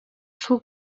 шул